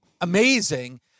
amazing